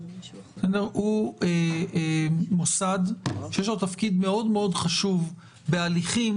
הוא מוסד שיש לו תפקיד מאוד מאוד חשוב בהליכים